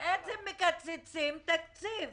בעצם מקצצים תקציב,